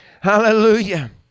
Hallelujah